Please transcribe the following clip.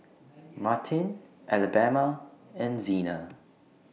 Martine Alabama and Zena